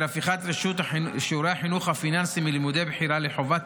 הפיכת שיעורי החינוך הפיננסי מלימודי בחירה לחובה,